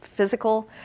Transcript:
physical